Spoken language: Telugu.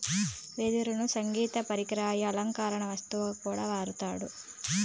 వెదురును సంగీత పరికరాలు, అలంకరణ వస్తువుగా కూడా వాడతారు